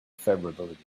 favorability